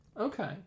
Okay